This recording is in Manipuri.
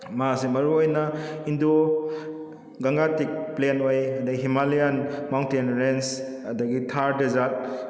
ꯃꯥꯁꯦ ꯃꯔꯨꯑꯣꯏꯅ ꯏꯟꯗꯣ ꯒꯪꯒꯥꯇꯤꯛ ꯄ꯭ꯂꯦꯟ ꯑꯣꯏ ꯑꯗꯩ ꯍꯤꯃꯥꯂꯤꯌꯥꯟ ꯃꯥꯎꯟꯇꯦꯟ ꯔꯦꯟꯖ ꯑꯗꯒꯤ ꯊꯥꯔ ꯗꯦꯖꯥꯔꯠ